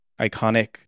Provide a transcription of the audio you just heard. iconic